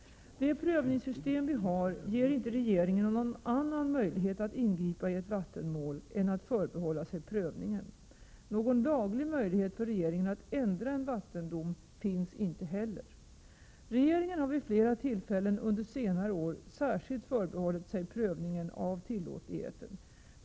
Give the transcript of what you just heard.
Det prövningssystem vi har ger inte regeringen någon annan möjlighet att ingripa i ett vattenmål än att förbehålla sig prövningen. Någon laglig möjlighet för regeringen att ändra en vattendom finns inte heller. Regeringen har vid flera tillfällen under senare år särskilt förbehållit sig prövningen av tillåtligheten.